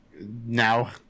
now